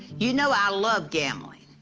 you know i love gambling,